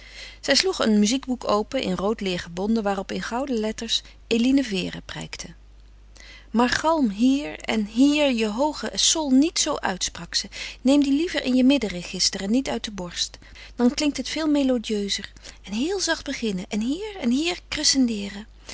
zij sloeg een muziekboek open in rood leer gebonden waarop in gouden letters eline vere prijkte maar galm hier en hier je hooge sol niet zoo uit sprak ze neem die liever in je middenregister en niet uit de borst dan klinkt het veel melodieuser en heel zacht beginnen en hier en hier